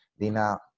Dina